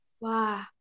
Wow